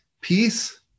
peace